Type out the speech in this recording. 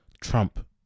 trump